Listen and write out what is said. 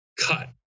cut